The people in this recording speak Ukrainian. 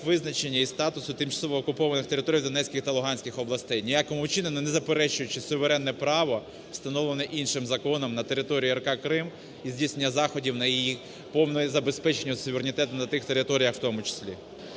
визначення, і статус тимчасово окупованих територій Донецькій та Луганській областей, ніяким чином не заперечуючи суверенне право, встановлене іншим законом на території АР Крим і здійснення заходів на її повне забезпечення суверенітету на тих територіях в тому числі.